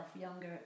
younger